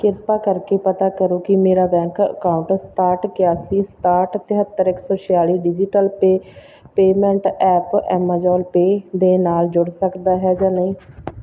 ਕਿਰਪਾ ਕਰਕੇ ਪਤਾ ਕਰੋ ਕਿ ਮੇਰਾ ਬੈਂਕ ਅਕਾਊਂਟ ਸਤਾਹਠ ਇਕਿਆਸੀ ਸਤਾਹਠ ਤੇਹੱਤਰ ਇੱਕ ਸੌ ਛਿਆਲੀ digital pay payment app Amazon pay ਦੇ ਨਾਲ ਜੁੜ ਸਕਦਾ ਹੈ ਜਾਂ ਨਹੀਂ